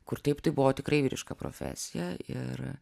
kur taip tai buvo tikrai vyriška profesija ir